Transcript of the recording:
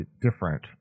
different